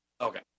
okay